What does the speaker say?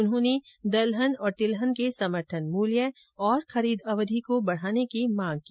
उन्होंने दलहन और तिलहन के समर्थन मूल्य तथा खरीद अवधि को बढाने की मांग की